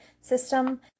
system